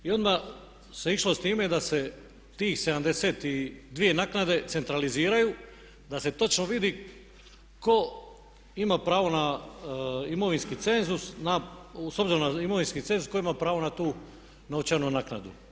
I odmah se išlo s time da se tih 72 naknade centraliziraju da se točno vidi tko ima pravo na imovinski cenzus, s obzirom na imovinski cenzus tko ima pravo na tu novčanu naknadu.